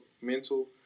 mental